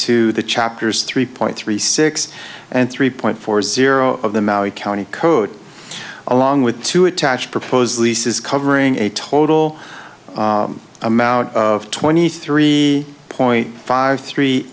to the chapters three point three six and three point four zero of the mouse county code along with two attached proposed leases covering a total amount of twenty three point five three